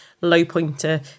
low-pointer